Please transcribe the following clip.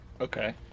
Okay